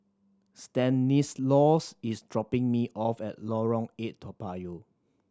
Stanislaus is dropping me off at Lorong Eight Toa Payoh